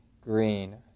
green